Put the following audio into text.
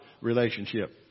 relationship